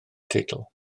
teitl